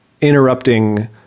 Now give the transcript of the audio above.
interrupting